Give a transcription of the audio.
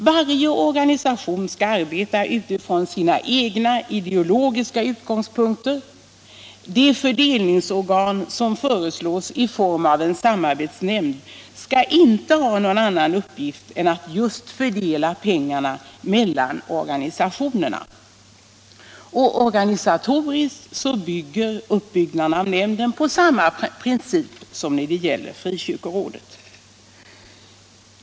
Varje organisation skall arbeta utifrån sina egna ideologiska utgångspunkter. Det fördelningsorgan som föreslås i form av en samarbetsnämnd skall inte ha någon annan uppgift än att just fördela pengarna mellan organisationerna. Organisatoriskt bygger uppbyggnaden av nämnden på samma princip som gäller för frikyrkorådet.